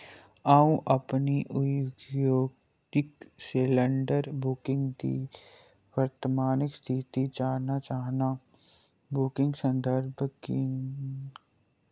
अ'ऊं अपनी उद्योगिक सिलंडर बुकिंग दी वर्तमान स्थिति जानना चाह्न्नां बुकिंग संदर्भ गिन